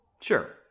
Sure